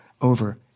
over